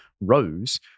Rose